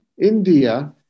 India